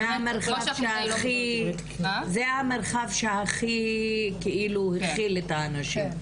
זה המרחב שהכי החיל את האנשים,